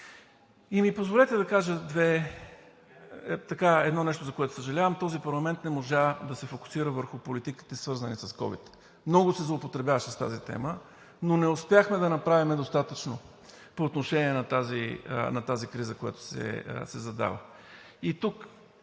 И ми позволете да кажа едно нещо, за което съжалявам: този парламент не можа да се фокусира върху политиките, свързани с ковид. Много се злоупотребяваше с тази тема, но не успяхме да направим достатъчно по отношение на тази криза, която се задава.